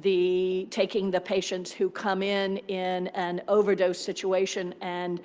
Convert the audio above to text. the taking the patients who come in in an overdose situation and